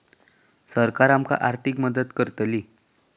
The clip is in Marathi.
सरकार आमका आर्थिक मदत करतली?